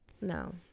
No